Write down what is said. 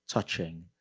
touching.